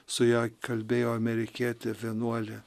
su ja kalbėjo amerikietė vienuolė